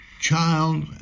child